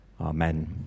Amen